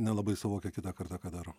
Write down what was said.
nelabai suvokia kitą kartą ką daro